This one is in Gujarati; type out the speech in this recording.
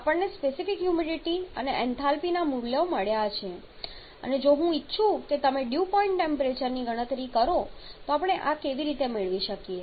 અને એ પણ આપણને સ્પેસિફિક હ્યુમિડિટી અને એન્થાલ્પીના મૂલ્યો મળ્યા છે અને જો હું ઇચ્છું કે તમે ડ્યૂ પોઇન્ટ ટેમ્પરેચરની ગણતરી કરો તો આપણે આ કેવી રીતે મેળવી શકીએ